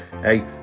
Hey